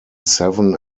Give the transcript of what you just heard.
seven